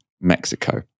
Mexico